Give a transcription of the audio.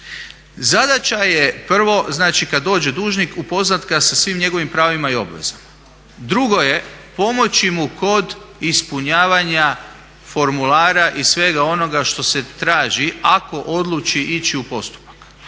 Zadaća je prvo znači kada dođe dužnik upoznati ga sa svim njegovim pravima i obvezama. Drugo je pomoći mu kod ispunjavanja formulara i svega onoga što se traži ako odluči ići u postupak.